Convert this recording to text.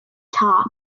top